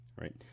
Right